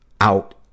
out